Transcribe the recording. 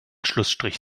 schlussstrich